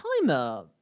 timer